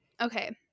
Okay